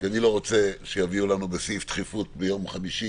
כי אני לא רוצה שיביאו לנו בסעיף דחיפות ביום חמישי